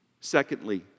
Secondly